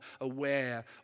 aware